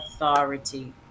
authority